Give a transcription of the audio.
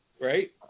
right